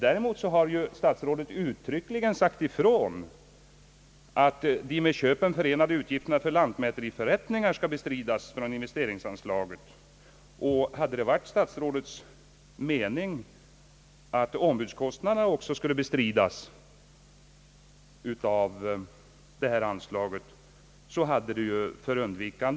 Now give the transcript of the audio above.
Däremot har statsrådet uttryckligen sagt ifrån att de med köpen förenade utgifterna för lantmäteriförrättningar skall bestridas från investeringsanslagen. Om det varit statsrådets mening att även ombudskostnaderna skulle bestridas av detta anslag, hade det ju varit skäl att ge detta till känna.